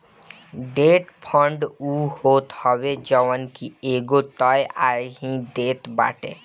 debt fund उ होत हवे जवन की एगो तय आय ही देत बाटे